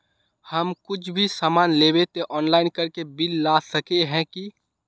हम कुछ भी सामान लेबे ते ऑनलाइन करके बिल ला सके है की?